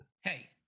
hey